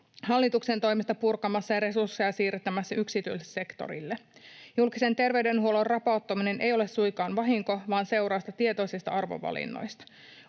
hallituksen toimesta purkamassa ja resursseja siirtämässä yksityiselle sektorille. Julkisen terveydenhuollon rapauttaminen ei ole suinkaan vahinko vaan seurausta tietoisista arvovalinnoista.